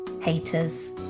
haters